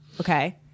okay